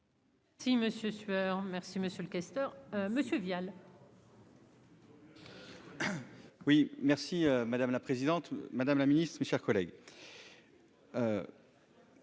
merci monsieur le questeur Monsieur Vial.